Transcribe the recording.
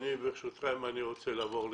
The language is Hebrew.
ברשותכם, אני רוצה לעבור לקריאה,